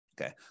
Okay